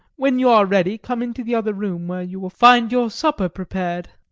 when you are ready, come into the other room, where you will find your supper prepared.